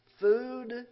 food